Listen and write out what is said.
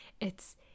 It's-